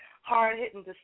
hard-hitting